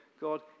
God